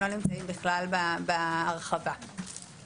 הם לא נמצאים בכלל בהרחבה לאור הרציונלים.